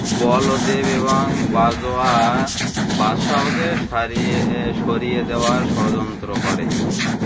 বলদেব এবং বাজোয়া বাদশাহকে সারিয়ে সরিয়ে দেওয়ার ষড়যন্ত্র করে